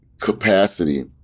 capacity